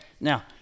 Now